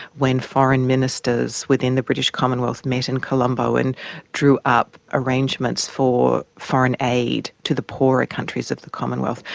when foreign ministers within the british commonwealth met in colombo and drew up arrangements for foreign aid to the poorer countries of the commonwealth.